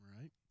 Right